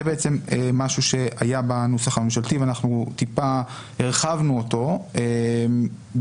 זה משהו שהיה בנוסח הממשלתי ואנחנו טיפה הרחבנו אותו כדי